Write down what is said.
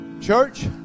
church